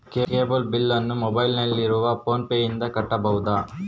Cable ಬಿಲ್ಲನ್ನು ಮೊಬೈಲಿನಲ್ಲಿ ಇರುವ ಫೋನ್ ಪೇನಿಂದ ಕಟ್ಟಬಹುದಾ?